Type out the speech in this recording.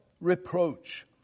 reproach